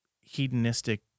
hedonistic